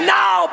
now